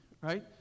right